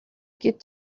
get